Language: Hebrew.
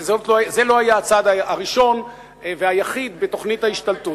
וזה לא היה הצעד הראשון והיחיד בתוכנית ההשתלטות.